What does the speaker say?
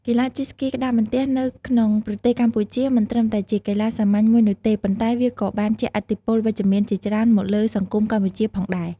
កីឡាជិះស្គីក្ដារបន្ទះនៅក្នុងប្រទេសកម្ពុជាមិនត្រឹមតែជាកីឡាសាមញ្ញមួយនោះទេ ប៉ុន្តែវាក៏បានជះឥទ្ធិពលវិជ្ជមានជាច្រើនមកលើសង្គមកម្ពុជាផងដែរ។